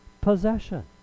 possession